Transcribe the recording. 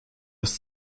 ist